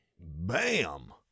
Bam